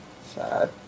Sad